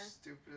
stupid